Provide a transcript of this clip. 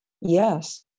Yes